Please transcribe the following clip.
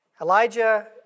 Elijah